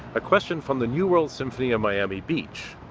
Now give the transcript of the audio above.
ah question from the new world symphony of miami beach.